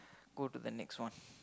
go to the next one